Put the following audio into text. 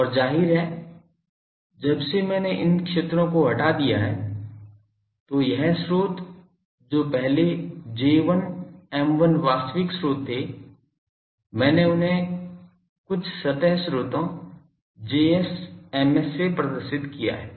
और जाहिर है जब से मैंने इन क्षेत्रों को हटा दिया है तो यह स्रोत जो पहले J1 M1 वास्तविक स्रोत थे मैंने उन्हें कुछ सतह स्रोतों Js Ms से प्रदर्शित किया है